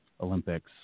Olympics